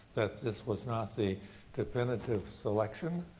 that this was not the definitive selection,